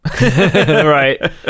Right